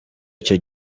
icyo